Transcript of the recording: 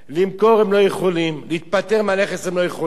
למכור הם לא יכולים, להיפטר מהנכס הם לא יכולים,